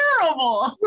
terrible